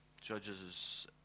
Judges